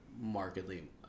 markedly